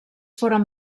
foren